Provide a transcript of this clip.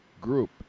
group